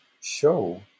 show